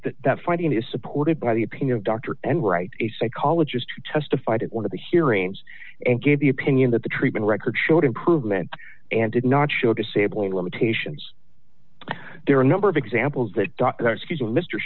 finding that finding is supported by the opinion doctor and right a psychologist who testified at one of the hearings and gave the opinion that the treatment record showed improvement and did not show disabling limitations there are a number of examples that mr